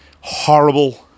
horrible